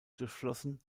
durchflossen